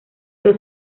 dos